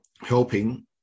helping